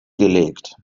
gelegt